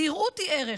נראות היא ערך.